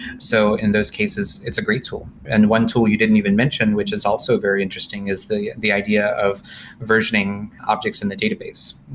so in those cases, it's a great tool. and one tool you didn't even mention, which is also very interesting, is the the idea of versioning objects in the database.